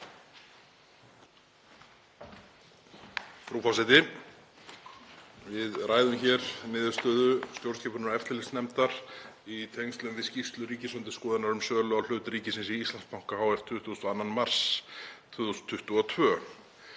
Frú forseti. Við ræðum hér niðurstöðu stjórnskipunar- og eftirlitsnefndar í tengslum við skýrslu Ríkisendurskoðunar um sölu á hlut ríkisins í Íslandsbanka hf. 22. mars 2022.